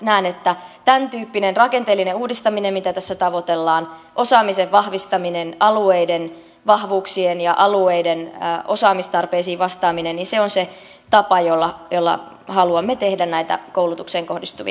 näen että tämäntyyppinen rakenteellinen uudistaminen mitä tässä tavoitellaan osaamisen vahvistaminen alueiden vahvuuksiin ja alueiden osaamistarpeisiin vastaaminen on se tapa jolla haluamme tehdä näitä koulutukseen kohdistuvia reformeja